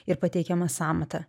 ir pateikiama sąmata